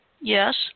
Yes